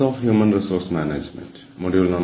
human resource management ക്ലാസിലേക്ക് തിരികെ സ്വാഗതം